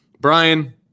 Brian